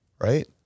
right